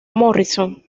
morrison